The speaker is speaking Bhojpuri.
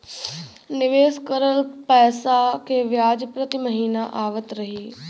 निवेश करल पैसा के ब्याज प्रति महीना आवत रही?